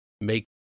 make